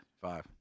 five